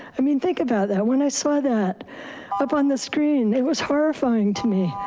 i mean, think about that. when i saw that up on the screen, it was horrifying to me.